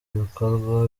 ibikorwa